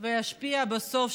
ותשפיע בסוף,